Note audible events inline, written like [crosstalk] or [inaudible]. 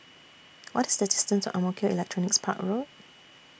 [noise] What IS The distance to Ang Mo Kio Electronics Park Road